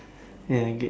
ya good